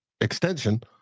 extension